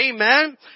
Amen